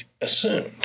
assumed